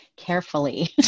carefully